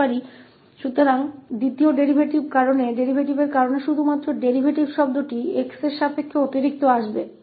तो इस दूसरे डेरीवेटिव के कारण के संबंध में केवल डेरीवेटिव शब्द अतिरिक्त आएगा